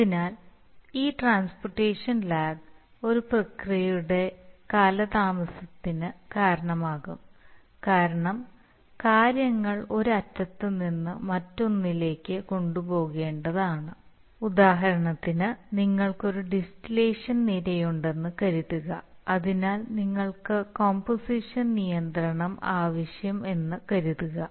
അതിനാൽ ഈ transportation lag ഒരു പ്രക്രിയയുടെ കാലതാമസത്തിന് കാരണമാകും കാരണം കാര്യങ്ങൾ ഒരു അറ്റത്ത് നിന്ന് മറ്റൊന്നിലേക്ക് കൊണ്ടുപോകേണ്ടതാണ് ഉദാഹരണത്തിന് നിങ്ങൾക്ക് ഒരു ഡിസ്റ്റലേഷൻ നിരയുണ്ടെന്ന് കരുതുക അതിനാൽ നിങ്ങൾക്ക് കോമ്പോസിഷൻ നിയന്ത്രണം ആവശ്യം എന്ന് കരുതുക